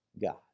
God